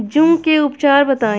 जूं के उपचार बताई?